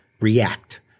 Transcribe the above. react